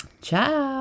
Ciao